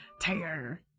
Tiger